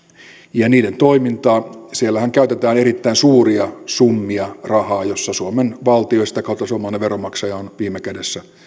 ja niiden toimintaa siellähän käytetään erittäin suuria summia rahaa missä suomen valtio ja sitä kautta suomalainen veronmaksaja ovat viime kädessä